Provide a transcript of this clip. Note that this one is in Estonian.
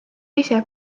ise